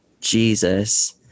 Jesus